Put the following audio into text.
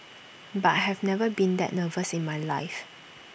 but I have never been that nervous in my life